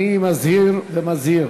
אני מזהיר ומזהיר.